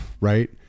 right